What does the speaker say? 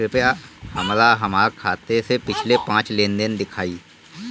कृपया हमरा हमार खाते से पिछले पांच लेन देन दिखाइ